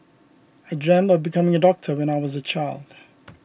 I dreamt of becoming a doctor when I was a child